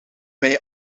mij